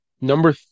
Number